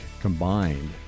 combined